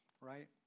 right